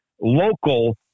local